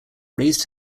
raised